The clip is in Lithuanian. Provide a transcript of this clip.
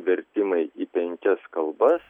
vertimai į penkias kalbas